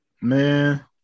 man